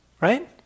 right